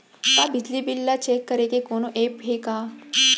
का बिजली बिल ल चेक करे के कोनो ऐप्प हे का?